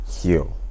heal